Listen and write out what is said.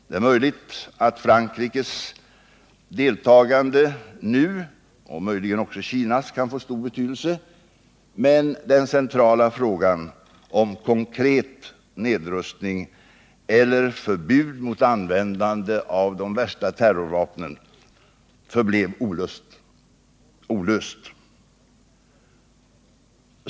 Det är möjligt att Frankrikes deltagande nu — och kanske också Kinas — kan få stor betydelse. Men den centrala frågan, om konkret nedrustning eller förbud mot användande av de värsta terrorvapnen, förblev olöst.